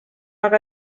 aga